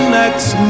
next